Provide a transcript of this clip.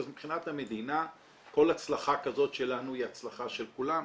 אז מבחינת המדינה כל הצלחה כזאת שלנו היא הצלחה של כולם.